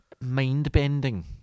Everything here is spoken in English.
mind-bending